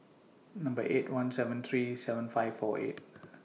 Number eight one seven three seven five four eight